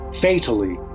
fatally